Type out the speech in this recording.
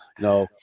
No